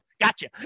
gotcha